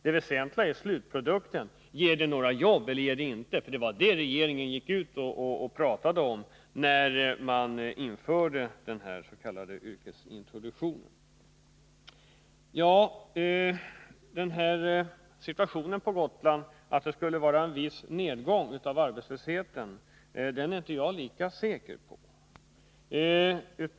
Det väsentliga är slutprodukten — ger det några jobb eller inte — för det var vad regeringen gick ut och talade om vid införandet av den s.k. yrkesintroduktionen. Beträffande situationen på Gotland — att det skulle vara en viss nedgång av arbetslösheten — är jag inte lika säker.